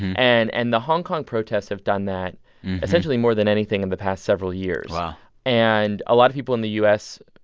and and the hong kong protests have done that essentially more than anything in the past several years wow and a lot of people in the u s.